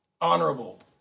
honorable